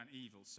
evil